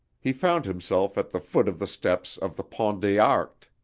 he found himself at the foot of the steps of the pont des arts.